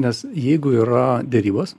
nes jeigu yra derybos